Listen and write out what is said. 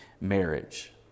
marriage